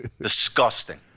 Disgusting